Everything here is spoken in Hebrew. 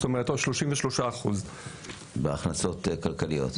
זאת אומרת עוד 33%. בהכנסות כלכליות.